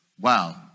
Wow